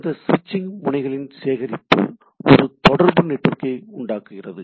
இந்த சுவிட்சிங் முனைகளின் சேகரிப்பு ஒரு தொடர்பு நெட்வொர்க்கை உண்டாக்குகிறது